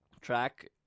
track